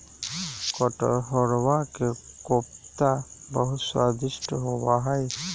कटहलवा के कोफ्ता बहुत स्वादिष्ट होबा हई